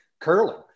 curling